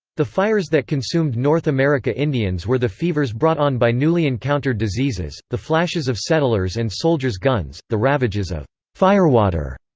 the fires that consumed north america indians were the fevers brought on by newly encountered diseases, the flashes of settlers' and soldiers' guns, the ravages of firewater,